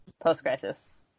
Post-crisis